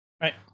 Right